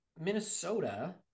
Minnesota